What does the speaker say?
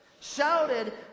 shouted